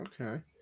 Okay